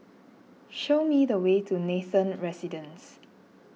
show me the way to Nathan Residences